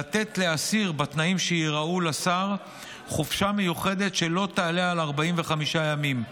לתת לאסיר חופשה מיוחדת שלא תעלה על 45 ימים,